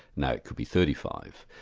now it could be thirty five,